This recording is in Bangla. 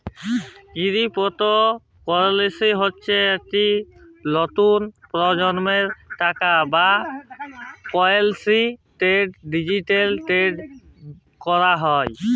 কিরিপতো কারেলসি হচ্যে ইকট লতুল পরজলমের টাকা বা কারেলসি যেট ডিজিটালি টেরেড ক্যরা হয়